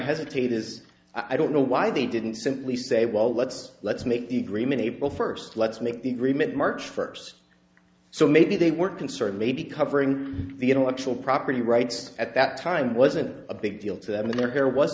hesitate is i don't know why they didn't simply say well let's let's make the agreement april first let's make the agreement march first so maybe they were concerned maybe covering the intellectual property rights at that time wasn't a big deal to them